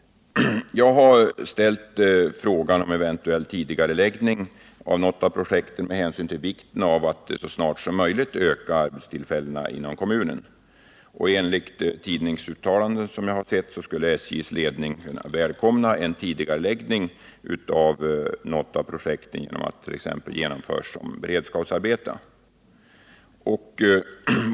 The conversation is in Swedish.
Jag har ställt frågan om en eventuell tidigareläggning av något av projekten med hänsyn till vikten av att så snart som möjligt öka arbetstillfällena inom kommunen. Enligt tidningsuttalanden skulle SJ:s ledning välkomna en tidigareläggning av något av projekten genom att det t.ex. genomförs som beredskapsarbete.